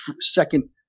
second